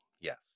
Yes